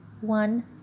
one